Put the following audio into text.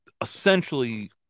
essentially